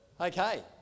Okay